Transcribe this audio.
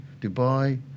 Dubai